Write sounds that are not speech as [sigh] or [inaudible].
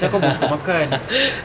[laughs]